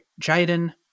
Jaden